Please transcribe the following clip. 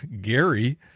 gary